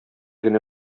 генә